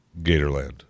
Gatorland